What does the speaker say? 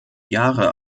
jahre